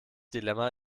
dilemma